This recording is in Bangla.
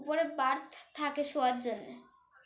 উপরে বার্থ থাকে শোওয়ার জন্যে